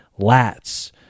lats